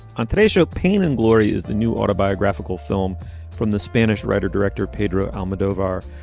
on today's show pain and glory is the new autobiographical film from the spanish writer director pedro almodovar.